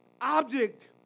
object